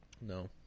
No